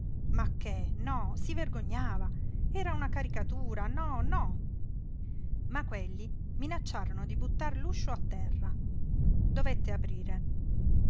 ma che no si vergognava era una caricatura no no ma quelli minacciarono di buttar l'uscio a terra dovette aprire